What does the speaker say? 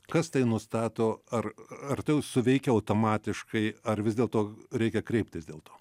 kas tai nustato ar ar tai suveikia automatiškai ar vis dėlto reikia kreiptis dėl to